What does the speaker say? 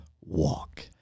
walk